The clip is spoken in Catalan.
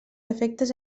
efectes